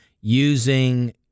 using